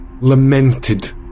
lamented